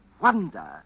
wonder